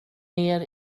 ner